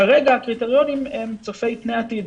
כרגע הקריטריונים הם צופי פני עתיד,